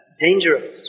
dangerous